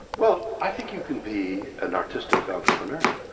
well, i think you can be an artistic entrepreneur